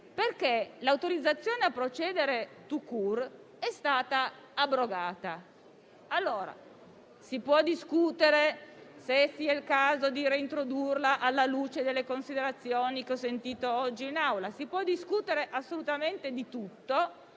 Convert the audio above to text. L'autorizzazione a procedere *tout court* è stata abrogata. Si può discutere se sia il caso di reintrodurla, alla luce delle considerazioni che ho sentito oggi in Aula. Si può discutere assolutamente di tutto,